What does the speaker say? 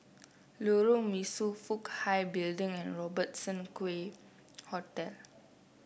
Lorong Mesu Fook Hai Building and Robertson Quay Hotel